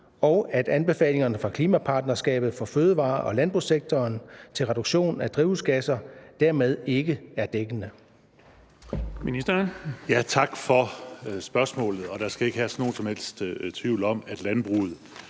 og at anbefalingerne fra Klimapartnerskabet for Fødevare- og Landbrugssektoren til reduktion af drivhusgasser dermed ikke er dækkende?